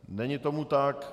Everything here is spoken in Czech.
Není tomu tak.